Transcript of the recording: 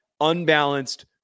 unbalanced